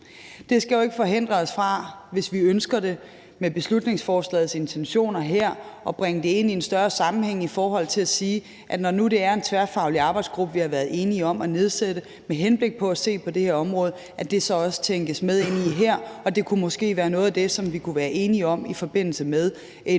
Det skal jo ikke forhindre os i – hvis vi ønsker det – med beslutningsforslagets intentioner her at bringe det ind i en større sammenhæng i forhold til at sige, at når nu det er en tværfaglig arbejdsgruppe, vi har været enige om at nedsætte med henblik på at se på det her område, at det så også tænkes med ind i det her. Og det kunne måske være noget af det, som vi kunne være enige om i forbindelse med en